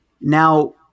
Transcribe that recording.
Now